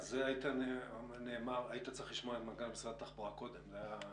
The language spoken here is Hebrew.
היית צריך לשמוע את מנכ"ל משרד התחבורה קודם.